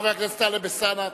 חבר הכנסת טלב אלסאנע.